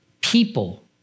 people